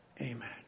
Amen